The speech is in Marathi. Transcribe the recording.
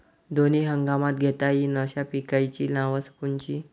दोनी हंगामात घेता येईन अशा पिकाइची नावं कोनची?